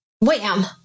wham